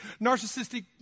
narcissistic